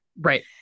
Right